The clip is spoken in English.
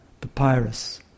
papyrus